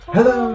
Hello